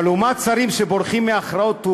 אבל לעומת שרים שבורחים מהכרעות,